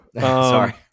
Sorry